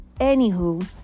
anywho